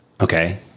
okay